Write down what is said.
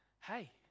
hey